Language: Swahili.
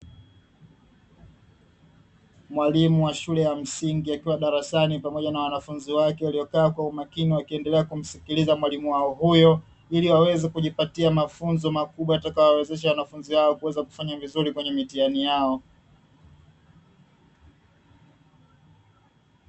Mwalimu wa shule ya msingi akiwa darasani pamoja na wanafunzi wake waliokaa kwa umakini, wakiendelea kumsikiliza mwalimu wao huyo ili waweze kujiapatia mafunzo makubwa, yatakayo wawezesha wanafunzi hawa kuweza kufanya vizuri kwenye mitihani yao.